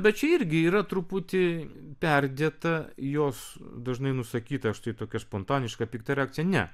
bet čia irgi yra truputį perdėta jos dažnai nusakyta štai tokia spontaniška pikta reakcija ne